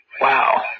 Wow